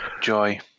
Joy